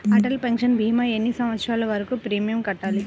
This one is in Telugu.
అటల్ పెన్షన్ భీమా ఎన్ని సంవత్సరాలు వరకు ప్రీమియం కట్టాలి?